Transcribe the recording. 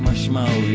smile